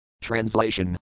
Translation